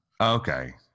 Okay